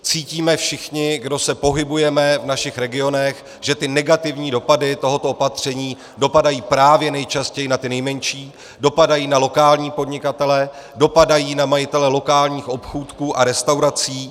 Cítíme všichni, kdo se pohybujeme v našich regionech, že negativní dopady tohoto opatření dopadají právě nejčastěji na ty nejmenší, dopadají na lokální podnikatele, dopadají na majitele lokálních obchůdků a restaurací.